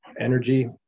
energy